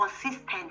consistent